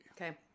Okay